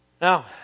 Now